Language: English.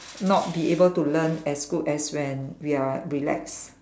not be able to learn as good as when we are relaxed